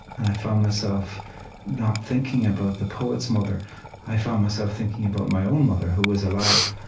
and i found myself not thinking about the poet's mother i found myself thinking about my own mother, who is alive,